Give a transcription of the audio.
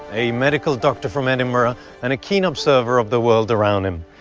a medical doctor from edinburgh and a keen observer of the world around him,